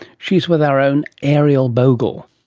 she's with our own ariel bogle.